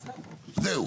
זהו.